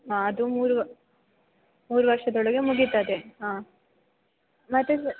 ಹಾಂ ಅದು ಮೂರು ಮೂರು ವರ್ಷದೊಳಗೆ ಮುಗೀತದೆ ಹಾಂ ಮತ್ತು ಸ